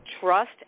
trust